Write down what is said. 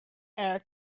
air